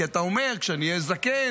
כי אתה אומר: כשאני אהיה זקן,